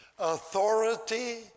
Authority